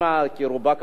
רובה ככולה פה.